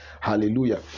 Hallelujah